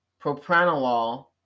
propranolol